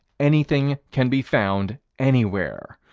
anything can be found anywhere.